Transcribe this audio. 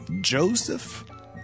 Joseph